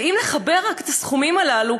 ואם נחבר רק את הסכומים הללו,